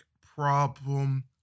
problem